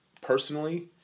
personally